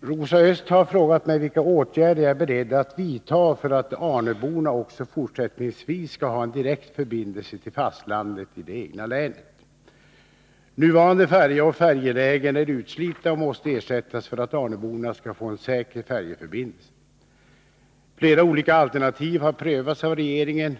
Rosa Östh har frågat mig vilka åtgärder jag är beredd att vidta för att arnöborna också fortsättningsvis skall ha en direkt förbindelse till fastlandet i det egna länet. Nuvarande färja och färjelägen är utslitna och måste ersättas för att arnöborna skall få en säker färjeförbindelse. Flera olika alternativ har & prövats av regeringen.